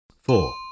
Four